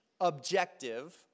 objective